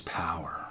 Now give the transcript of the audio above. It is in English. power